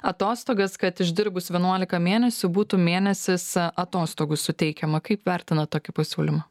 atostogas kad išdirbus vienuolika mėnesių būtų mėnesis atostogų suteikiama kaip vertinat tokį pasiūlymą